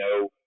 no